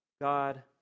God